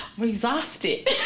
Exhausted